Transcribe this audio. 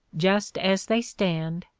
just as they stand,